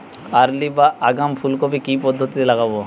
Early বা আগাম ফুল কপি কি পদ্ধতিতে লাগাবো?